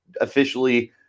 officially